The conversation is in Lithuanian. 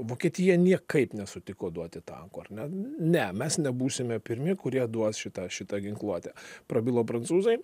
vokietija niekaip nesutiko duoti tankų ar ne ne mes nebūsime pirmi kurie duos šitą šitą ginkluotę prabilo prancūzai